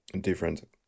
different